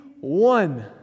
one